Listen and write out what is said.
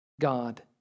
God